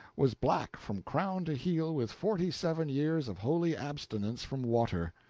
was black from crown to heel with forty-seven years of holy abstinence from water.